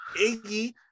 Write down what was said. Iggy